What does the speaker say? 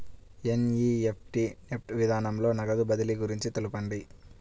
NEFT NEFT విధానంలో నగదు బదిలీ గురించి తెలుపండి?